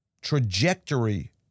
trajectory